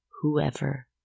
Whoever